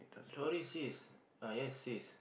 sorry sis ah yes sis